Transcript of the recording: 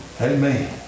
Amen